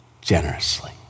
generously